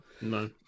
No